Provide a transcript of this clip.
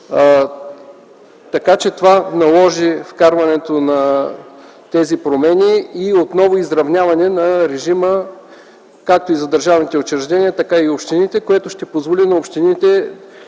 хил. лв. Това наложи вкарването на тези промени и отново изравняване на режима както за държавното учреждение, така и за общините, което ще позволи на общините